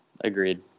Agreed